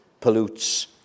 pollutes